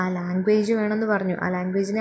language